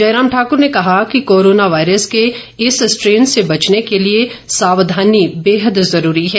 जयराम ठाकर ने कहा कि कोरोना वायरस को इस स्ट्रेन से बचने के लिए सावधानी बेहद जरूरी है